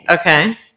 Okay